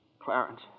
Clarence